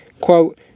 quote